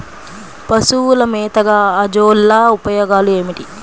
పశువుల మేతగా అజొల్ల ఉపయోగాలు ఏమిటి?